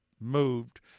moved